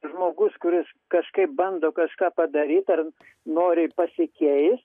žmogus kuris kažkaip bando kažką padaryt ar nori pasikeist